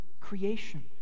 creation